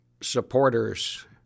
supporters